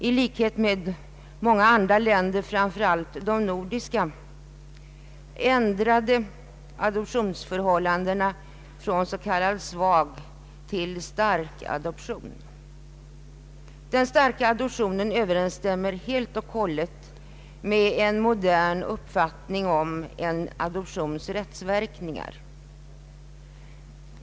I likhet med många andra länder, framför allt de nordiska, ändrade vi då adoptionsförhållandena från s.k. svag till stark adoption. Den starka adoptionen överensstämmer helt och hållet med en modern uppfattning om en adoptions rättsverkningar.